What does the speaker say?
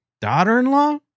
daughter-in-law